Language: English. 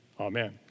Amen